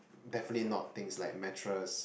definitely not things like mattress